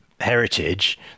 heritage